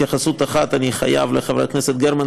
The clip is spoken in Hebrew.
התייחסות אחת אני חייב לחברת הכנסת גרמן,